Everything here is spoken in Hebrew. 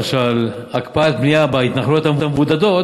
למשל הקפאת בנייה בהתנחלויות המבודדות,